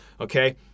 Okay